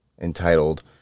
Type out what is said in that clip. entitled